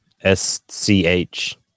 S-C-H